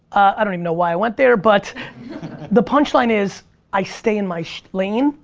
i don't even know why i went there but the punchline is i stay in my so lane.